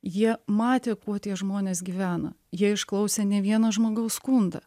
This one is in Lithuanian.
jie matė kuo tie žmonės gyvena jie išklausė ne vieno žmogaus skundą